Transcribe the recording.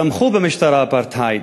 תמכו במשטר האפרטהייד.